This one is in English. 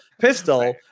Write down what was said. pistol